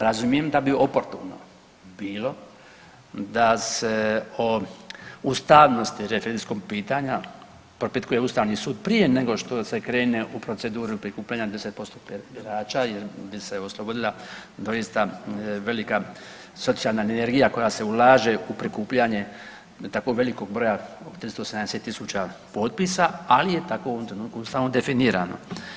Razumijem da bi oportuno bilo da se o ustavnosti referendumskog pitanja propitkuje Ustavni sud prije nego što se krene u proceduru prikupljanja 10% birača jer bi se oslobodila doista velika socijalna energija koja se ulaže u prikupljanje tako velikog broja 380.000 potpisa, ali je tako u ovom trenutku Ustavom definirano.